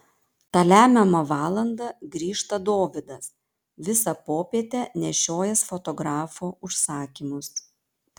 tą lemiamą valandą grįžta dovydas visą popietę nešiojęs fotografo užsakymus